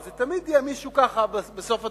זה תמיד יהיה מישהו בסוף הדרך.